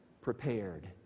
prepared